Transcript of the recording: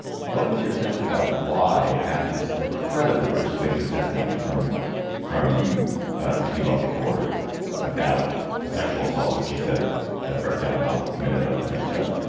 what is your sense about why after this incredibly persuasive testimony from from christine bothy ford about a sexual assault that she said brett kavanaugh committed against her?